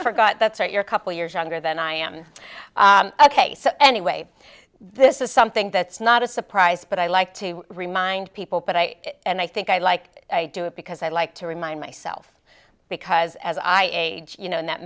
forgot that's right you're a couple years younger than i am ok so anyway this is something that's not a surprise but i like to remind people but i and i think i like a do it because i like to remind myself because as i age you know